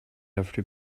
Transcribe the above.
after